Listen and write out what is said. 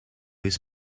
his